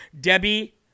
Debbie